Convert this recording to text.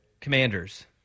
Commanders